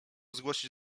zgłosić